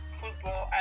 football